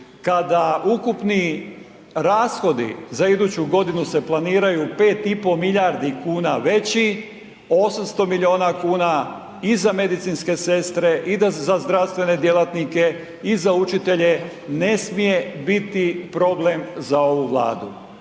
kada ukupni rashodi za iduću godinu se planiraju 5,5 milijardi kuna veći, 800 milijuna kuna i za medicinske sestre i za zdravstvene djelatnike i za učitelje ne misije biti problem za ovu Vladu.